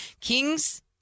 Kings –